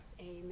Amen